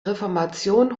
reformation